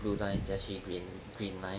blue line 再去 green green line